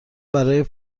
برای